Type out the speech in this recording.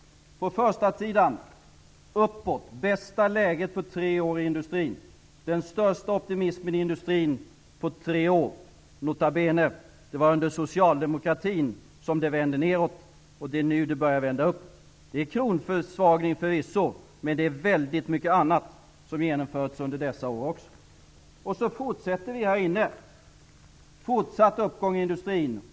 På förstasidan kan vi läsa: ''Uppåt. Bästa läget på tre år i industrin. -- den största optimismen i industrin på tre år.'' Nota bene: Det var under socialdemokratin som det vände nedåt, och det är nu som det börjar vända uppåt. Det har förvisso skett en kronförsvagning, men det har också genomförts väldigt många olika åtgärder. Jag läser vidare på insidorna: ''Fortsatt uppgång i industrin.